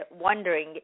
wondering